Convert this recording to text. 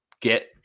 get